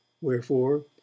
wherefore